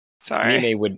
sorry